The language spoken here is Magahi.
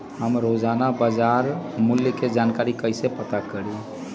हम रोजाना बाजार मूल्य के जानकारी कईसे पता करी?